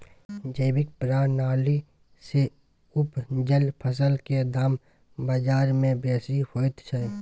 जैविक प्रणाली से उपजल फसल के दाम बाजार में बेसी होयत छै?